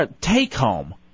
take-home